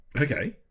okay